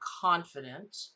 confident